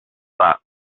that